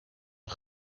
een